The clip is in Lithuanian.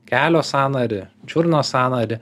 kelio sąnarį čiurnos sąnarį